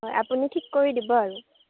আপুনি ঠিক কৰি দিব আৰু